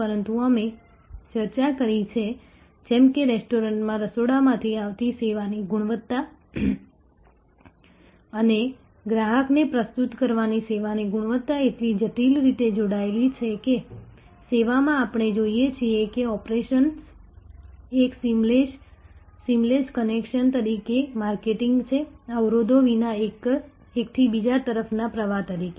પરંતુ અમે ચર્ચા કરી છે જેમ કે રેસ્ટોરન્ટમાં રસોડામાંથી આવતી સેવાની ગુણવત્તા અને ગ્રાહકને તે પ્રસ્તુત કરવામાં સેવાની ગુણવત્તા એટલી જટિલ રીતે જોડાયેલી છે કે સેવામાં આપણે જોઈએ છીએ કે ઓપરેશન્સ એક સીમલેસ કનેક્શન તરીકે માર્કેટિંગ છે અવરોધો વિના એકથી બીજા તરફના પ્રવાહ તરીકે